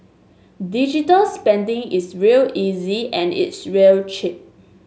digital spending is real easy and it's real cheap